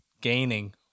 gaining